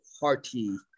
party